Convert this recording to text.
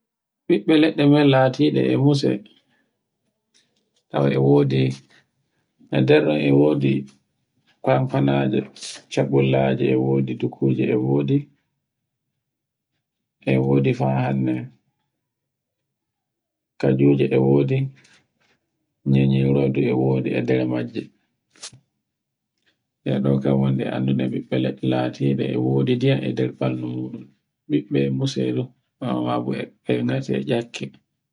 ɓiɓɓe leɗɗe latiɗe e muse. Tawa e wodi e nder ɗun e wodi konkonaje, chaɓɓullaje, e wodi dukkuje, e wodi. E wodi fa hande kajuje e wodi, nyenyeru e wodi e nder majji. E ɗo kan woni no annduɗen ɓiɓɓe latiɗe e wodi ndiyam e nder ɓandu muɗum. Biɓɓe e muse du, bawo majjum e ngate e ekke.